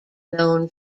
known